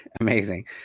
amazing